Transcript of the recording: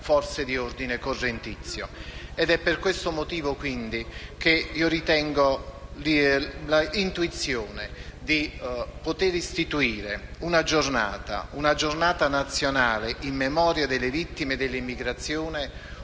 Per questo motivo, io ritengo che l'intuizione di poter istituire una Giornata nazionale in memoria delle vittime della immigrazione